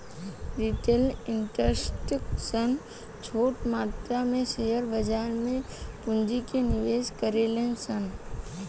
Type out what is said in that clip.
retail investor सन छोट मात्रा में शेयर बाजार में पूंजी के निवेश करेले सन